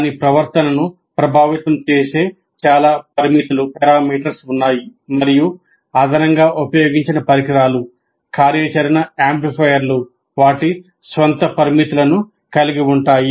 దాని ప్రవర్తనను ప్రభావితం చేసే చాలా పారామితులు ఉన్నాయి మరియు అదనంగా ఉపయోగించిన పరికరాలు వాటి స్వంత పరిమితులను కలిగి ఉంటాయి